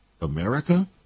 America